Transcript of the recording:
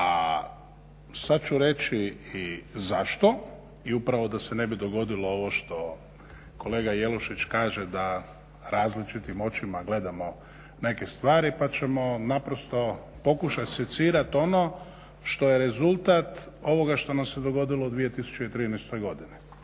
a sad ću reći i zašto i upravo da se ne bi dogodilo ovo što kolega Jelušić kaže da različitim očima gledamo neke stvari pa ćemo naprosto pokušat skicirat ono što je rezultat ovoga što nam se dogodilo u 2013.godini.